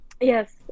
Yes